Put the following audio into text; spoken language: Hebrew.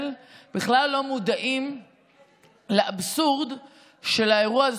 בכלל לא מודעים לאבסורד של האירוע הזה.